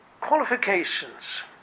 qualifications